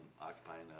occupying